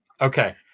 Okay